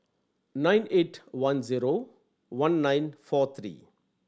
nine eight one zero one nine four three